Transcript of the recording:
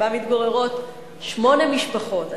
שבו מתגוררות שמונה משפחות,